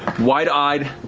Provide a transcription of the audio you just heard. wide-eyed,